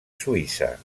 suïssa